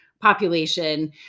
population